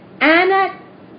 Anna